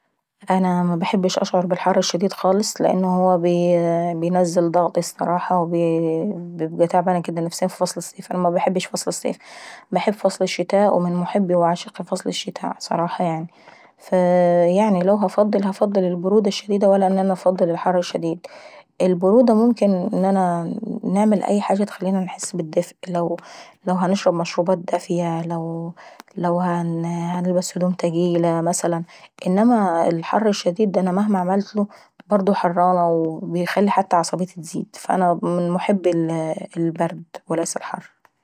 ها انا منحبش نشعر بالحر الشديد خالص، لانه بينزل ضغطي الصراحة، بابقى تعبانة نفسيا في فصل الصيف ، وانا مش باحب فصل الصيف انا باحب فصل الشتي، ومن عشاق فصل الشتي. فانا لو هنفضل انا هنفضل البرودة الشديدة ولا انفضلش الحر الشديد. في البرودة انا ممكن ان انا نعمل اي حاجة تخليني نحس بالدفء لو هنشرب مشروبات دافية او نلبس هدوم تقيلة مثلا، انما الحر الشديد دا انا مهما عملتله برضه حرانة وبيخلي عصبيتي تزيد. فانا من محبي البرد وليس الحر.